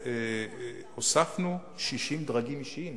הוספנו 60 דרגים אישיים.